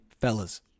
fellas